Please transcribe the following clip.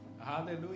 Hallelujah